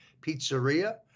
Pizzeria